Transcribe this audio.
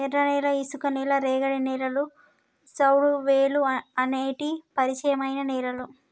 ఎర్రనేల, ఇసుక నేల, రేగడి నేలలు, సౌడువేలుఅనేటి పరిచయమైన నేలలు